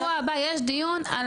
אבל שבוע הבא יש דיון על המטפלות.